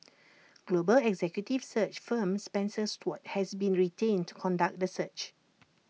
global executive search firm Spencer Stuart has been retained to conduct the search